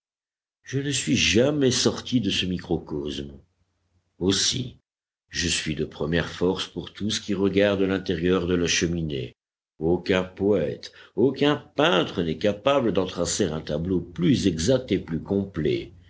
je ne suis jamais sorti de ce microcosme aussi je suis de première force pour tout ce qui regarde l'intérieur de la cheminée aucun poëte aucun peintre n'est capable d'en tracer un tableau plus exact et plus complet